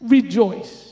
Rejoice